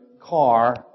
car